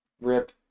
rip